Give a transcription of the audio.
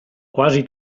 quasi